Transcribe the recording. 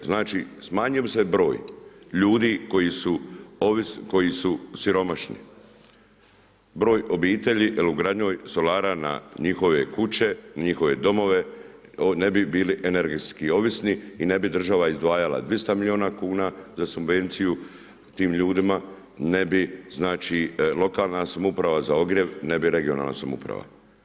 Znači smanjio bi se broj ljudi koji su siromašni, broj obitelji jer ugradnja solara na njihove kuće, njihove domove, ne bi bili energetski ovisni i ne bi država izdvajala 200 milijuna kuna za subvenciju tim ljudima, ne bi znači lokalna samouprava za ogrjev, ne bi regionalna samouprava.